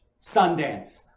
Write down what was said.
Sundance